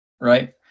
Right